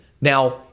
Now